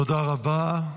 תודה רבה.